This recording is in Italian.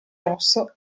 rosso